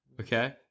Okay